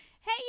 Hey